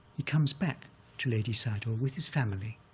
he comes back to ledi sayadaw with his family,